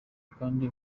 kandi